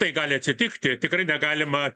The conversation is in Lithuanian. tai gali atsitikti tikrai negalima